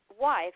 wife